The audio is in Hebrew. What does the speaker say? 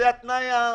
אבל זה הקטע.